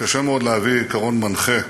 קשה מאוד להביא עיקרון מנחה